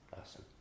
Awesome